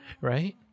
right